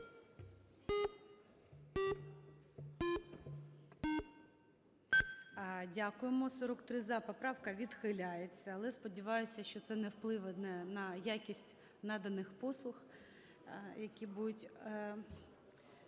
Дякуємо. 43 - "за", поправка відхиляється. Але сподіваюся, що це не вплине на якість наданих послуг, які будуть